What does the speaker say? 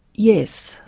yes.